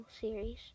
series